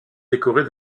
décorée